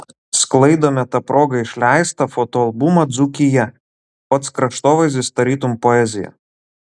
sklaidome ta proga išleistą fotoalbumą dzūkija pats kraštovaizdis tarytum poezija